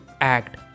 act